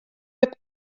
rip